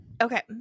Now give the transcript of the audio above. Okay